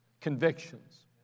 Convictions